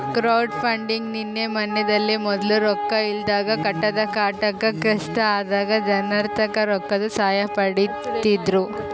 crowdfunding ನಿನ್ನೆ ಮನ್ನೆದಲ್ಲ, ಮೊದ್ಲು ರೊಕ್ಕ ಇಲ್ದಾಗ ಕಟ್ಟಡ ಕಟ್ಟಾಕ ಕಷ್ಟ ಆದಾಗ ಜನರ್ತಾಕ ರೊಕ್ಕುದ್ ಸಹಾಯ ಪಡೀತಿದ್ರು